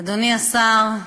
אדוני השר,